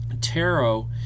tarot